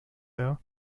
her